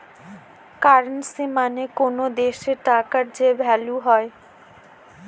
currency মানে কোনো দেশের টাকার যে ভ্যালু হয়